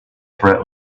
threat